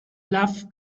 love